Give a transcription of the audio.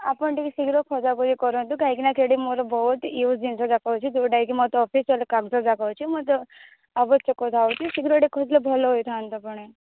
ଆପଣ ଟିକେ ଶୀଘ୍ର ଖୋଜାଖୋଜି କରନ୍ତୁ କାହିଁକିନା ସେଇଠି ମୋର ବହୁତ ୟୁଜ୍ ଜିନିଷ ଯାକ ଅଛି ଯେଉଁଟାକି ମୋତେ ଅଫିସିଆଲି କାଗଜ ଯାକ ଅଛି ମୁଁ ତ ଆବଶ୍ୟକ ଥାଉଛି ଶୀଘ୍ର ଟିକିଏ ଖୋଜିଲେ ଭଲ ହୋଇଥାନ୍ତା ପୁଣି